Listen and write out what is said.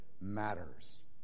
matters